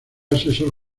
asesor